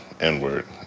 n-word